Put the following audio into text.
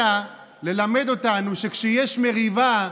אלא ללמד אותנו שכשיש מריבה,